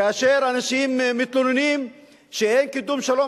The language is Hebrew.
כאשר אנשים מתלוננים שאין קידום שלום,